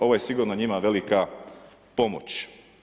Ovo je sigurno njima velika pomoć.